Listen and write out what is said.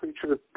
creature